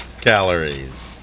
calories